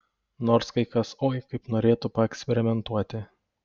nors kai kas oi kaip norėtų paeksperimentuoti